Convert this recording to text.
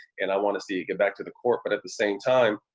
and i wanna see it get back to the court. but at the same time,